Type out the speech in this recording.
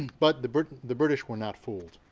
but the british the british were not fooled.